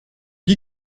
dit